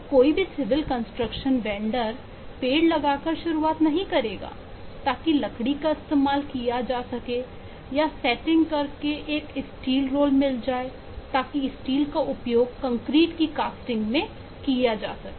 अब कोई भी सिविल कंस्ट्रक्शन वेंडर पेड़ लगाकर शुरुआत नहीं करेगा ताकि लकड़ी का इस्तेमाल किया जा सके या सेटिंग करके एक स्टील रोल मिल जाए ताकि स्टील का उपयोग कंक्रीट की कास्टिंग में किया जा सके